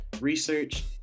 research